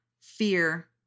fear